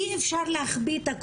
אי אפשר להחביא אותו,